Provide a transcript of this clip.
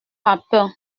papin